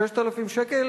6,000 שקל